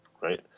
right